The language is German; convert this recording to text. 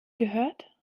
gehört